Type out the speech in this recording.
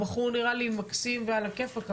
הוא נראה לי בחור מקסים ועל הכיפאק,